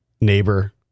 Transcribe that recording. neighbor